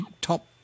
top